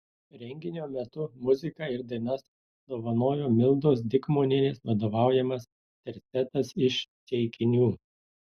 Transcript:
renginio metu muziką ir dainas dovanojo mildos dikmonienės vadovaujamas tercetas iš ceikinių